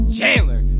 Chandler